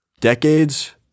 decades